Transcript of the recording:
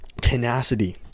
tenacity